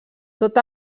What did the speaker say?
tot